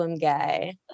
guy